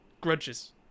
grudges